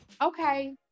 okay